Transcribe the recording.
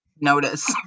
notice